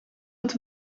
het